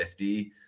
50